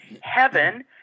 heaven